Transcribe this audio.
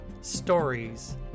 stories